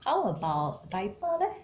how about diaper leh